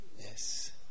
Yes